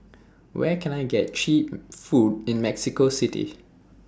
Where Can I get Cheap Food in Mexico City